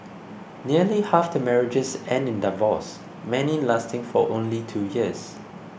nearly half the marriages end in divorce many lasting for only two years